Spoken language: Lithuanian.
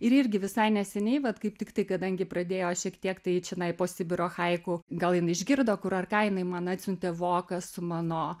ir irgi visai neseniai vat kaip tiktai kadangi pradėjo šiek tiek tai čionai po sibiro haiku gal jinai išgirdo kur ar ką jinai man atsiuntė voką su mano